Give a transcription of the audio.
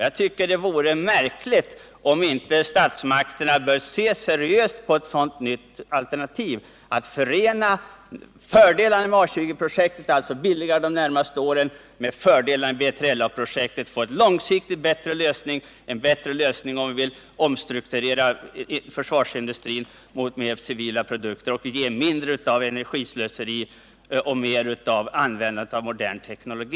Det vore märkligt om inte statsmakterna ser seriöst på ett sådant nytt alternativ, som förenar fördelarna med A 20-projektet — billigare de närmaste åren — med fördelarna 135 med B3LA-projektet. Det ger en långsiktigt bättre lösning, om vi vill omstrukturera försvarsindustrin i riktning mot mera civila produkter, mindre av energislöseri och mer av modern teknologi.